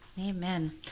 Amen